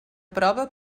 prova